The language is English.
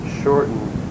shortened